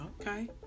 Okay